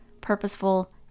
purposeful